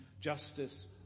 justice